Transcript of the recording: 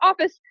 office